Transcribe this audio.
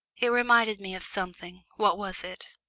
it reminded me of something what was it?